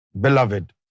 beloved